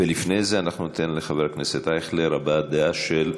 ולפני זה אנחנו ניתן לחבר הכנסת אייכלר הבעת דעה של דקה.